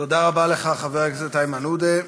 תודה רבה לך, חבר הכנסת איימן עודה.